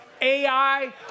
ai